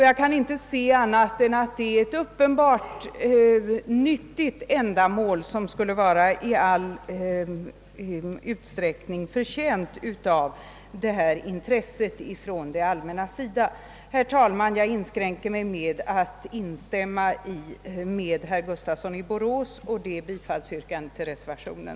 Jag kan inte se annat än att detta är ett uppenbart nyttigt ändamål som i all ut sträckning vore förtjänt av intresse från det allmännas sida. Herr talman! Jag inskränker mig till att instämma i herr Gustafssons i Borås bifallsyrkande till reservationen.